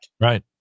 Right